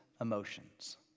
emotions